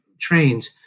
trains